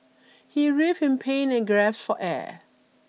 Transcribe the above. he writhed in pain and grasped for air